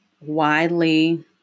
widely